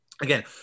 Again